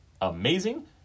amazing